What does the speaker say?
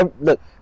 Look